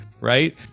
Right